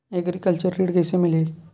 Agriculture ऋण कइसे मिलही?